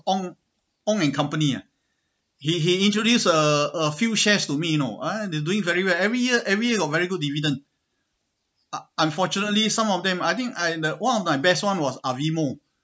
Ong Ong and company ah he he introduced a a few shares to me you know ah they doing very well every year every year got very good dividend un~ unfortunately some of them I think I the one of my best one was avimo